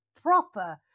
proper